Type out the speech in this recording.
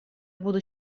буду